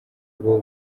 bwo